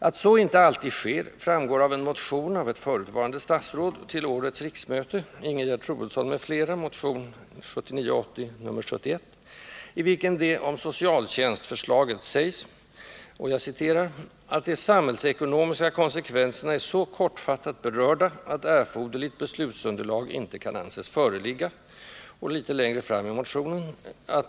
Att så inte alltid sker framgår av en motion av ett förutvarande statsråd till årets riksmöte — motion 1979/80:71 av Ingegerd Troedsson m.fl. — i vilken det om socialtjänstförslaget sägs att ”de samhällsekonomiska konsekvenserna är så kortfattat berörda att ett erforderligt beslutsunderlag inte kan anses föreligga.